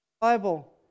bible